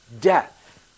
death